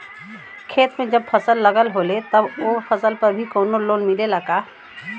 खेत में जब फसल लगल होले तब ओ फसल पर भी कौनो लोन मिलेला का?